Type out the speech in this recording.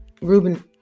Ruben